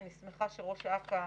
אני שמחה שראש אכ"א